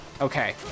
Okay